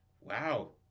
Wow